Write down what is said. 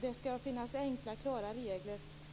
Det skall finnas enkla, klara regler.